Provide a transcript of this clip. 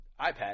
iPad